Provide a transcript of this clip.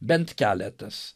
bent keletas